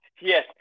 yes